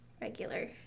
regular